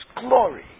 glory